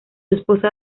esposa